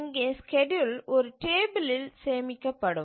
இங்கே ஸ்கேட்யூல் ஒரு டேபிளில் சேமிக்கப்படும்